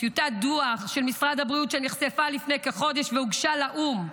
טיוטת דוח של משרד הבריאות שנחשפה לפני כחודש והוגשה לאו"ם,